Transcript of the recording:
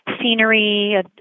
scenery